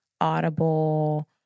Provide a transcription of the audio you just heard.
Audible